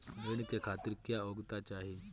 ऋण के खातिर क्या योग्यता चाहीं?